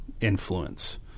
influence